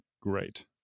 great